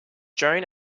joan